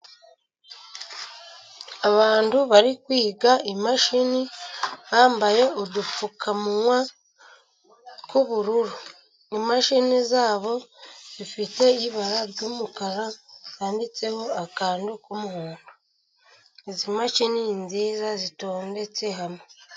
Abantu bari kwiga imashini, bambaye udupfukamunwa tw'ubururu, imashini zabo zifite ibara ry'umukara, ryanditseho akantu k'umuhondo. Izi mashini ni nziza zitondetse hamwe.